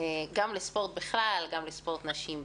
לספורט בכלל, ולספורט נשים בפרט.